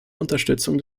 unterstützung